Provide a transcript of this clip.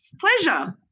pleasure